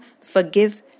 forgive